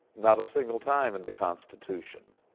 not a single time in the constitution.